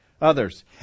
others